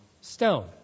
stone